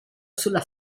sulla